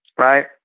Right